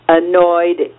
annoyed